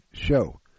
Show